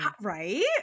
Right